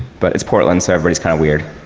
but it's portland so everyone is kind of weird.